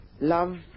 love